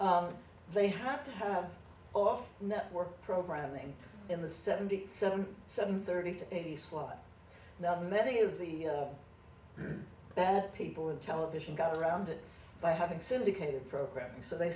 they had to have off network programming in the seventy seven seven thirty in the slot now many of the bad people in television got around it by having syndicated programming so they